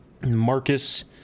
Marcus